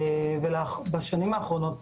ובשנים האחרונות